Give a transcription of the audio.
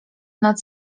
nad